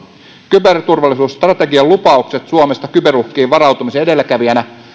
kyberturvallisuusstrategian lupaukset suomesta kyberuhkiin varautumisen edelläkävijänä